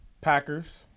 Packers